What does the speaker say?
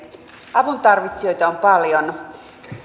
avuntarvitsijoita on paljon